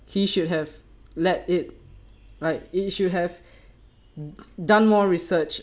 he should have let it like it should have done more research